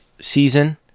season